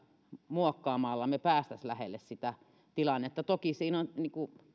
muokkaamalla me pääsisimme lähelle sitä tilannetta toki siinä on